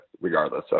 regardless